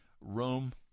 Rome